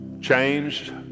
changed